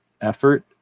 effort